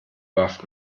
warf